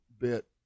bit